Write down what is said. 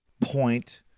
point